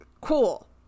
cool